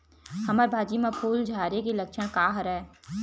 हमर भाजी म फूल झारे के लक्षण का हरय?